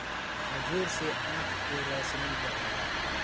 खजूर से आँख के रौशनी बढ़ेला